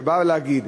שבאה להגיד